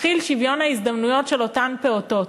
מתחיל שוויון ההזדמנויות של אותם פעוטות.